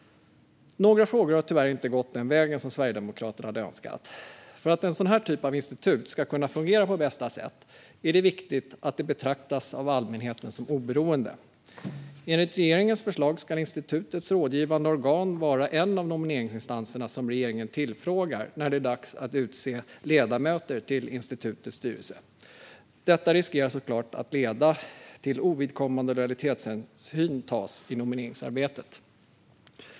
Några frågor har tyvärr inte gått den väg som Sverigedemokraterna hade önskat. För att en sådan här typ av institut ska kunna fungera på bästa sätt är det viktigt att det betraktas av allmänheten som oberoende. Enligt regeringens förslag ska institutets rådgivande organ vara en av nomineringsinstanserna som regeringen tillfrågar när det är dags att utse ledamöter till institutets styrelse. Detta riskerar att leda till att ovidkommande lojalitetshänsyn tas i nomineringsarbetet.